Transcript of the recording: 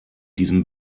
diesem